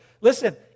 Listen